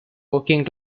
working